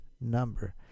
number